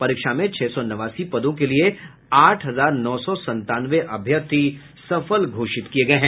परीक्षा में छह सौ नवासी पदों के लिए आठ हजार नौ सौ संतानवे अभ्यर्थी सफल घोषित किये गये हैं